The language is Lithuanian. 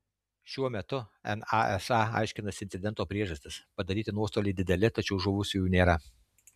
šiuo metu nasa aiškinasi incidento priežastis padaryti nuostoliai dideli tačiau žuvusiųjų nėra